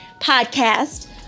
podcast